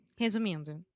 resumindo